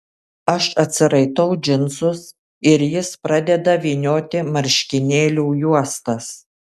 aš atsiraitau džinsus ir jis pradeda vynioti marškinėlių juostas